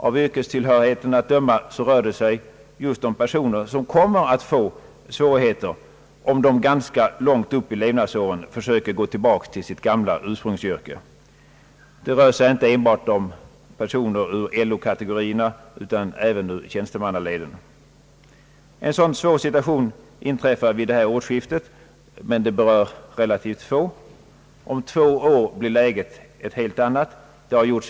Av yrkestillhörigheten att döma rör det sig just om personer som kommer att få svårigheter om de ganska långt upp i levnadsåren försöker gå tillbaka till sitt ursprungsyrke. Det rör sig inte enbart om personer med LO-anknytning utan även personer ur tjänstemannaleden. En sådan svår situation inträffar vid detta årsskifte men det berör ett relativt fåtal. Om två år blir läget ett helt annat.